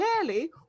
clearly